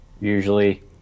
usually